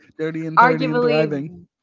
arguably